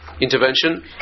intervention